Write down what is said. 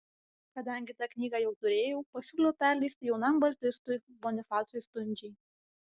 kadangi tą knygą jau turėjau pasiūliau perleisti jaunam baltistui bonifacui stundžiai